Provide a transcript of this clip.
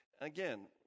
Again